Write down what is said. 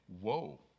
whoa